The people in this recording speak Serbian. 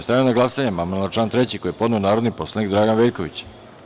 Stavljam na glasanje amandman na član 3. koji je podneo narodni poslanik Dragan Veljković.